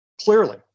Clearly